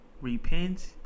repent